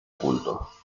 culto